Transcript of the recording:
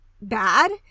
bad